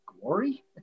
glory